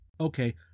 Okay